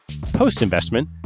Post-investment